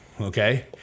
Okay